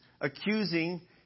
accusing